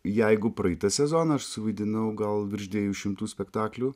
jeigu praeitą sezoną aš suvaidinau gal virš dviejų šimtų spektaklių